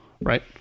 right